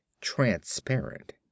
Transparent